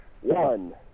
One